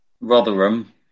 Rotherham